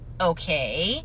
okay